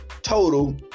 total